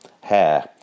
hair